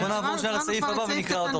בוא נעבור שנייה לסעיף הבא ונקרא אותו.